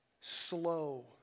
slow